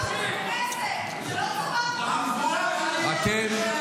אנחנו לא בצבא, זה לא צבא פה, זה כנסת.